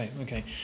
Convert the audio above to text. Okay